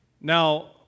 Now